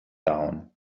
down